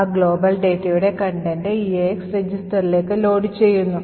ആ global ഡാറ്റയുടെ content EAX രജിസ്റ്ററിലേക്ക് ലോഡുചെയ്യുന്നു